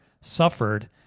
suffered